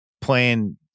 playing